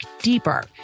deeper